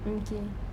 okay